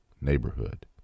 neighborhood